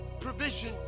provision